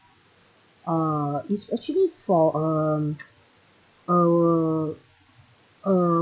uh it's actually for um uh uh